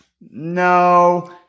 No